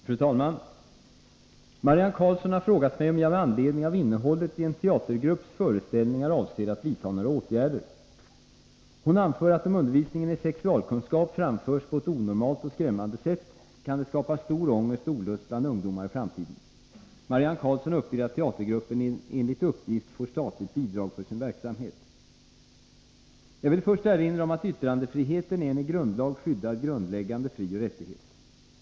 Fru talman! Marianne Karlsson har frågat mig om jag med anledning av innehållet i en teatergrupps föreställningar avser att vidta några åtgärder. Hon anför att om undervisningen i sexualkunskap framförs på ett onormalt och skrämmande sätt, kan det skapa stor ångest och olust bland ungdomar i framtiden. Marianne Karlsson anför att teatergruppen enligt uppgift får statligt bidrag för sin verksamhet. Jag vill först erinra om att yttrandefriheten är en i grundlag skyddad grundläggande frioch rättighet.